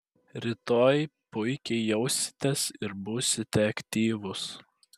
rytoj puikiai jausitės ir būsite aktyvus